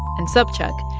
and sobchak,